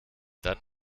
dann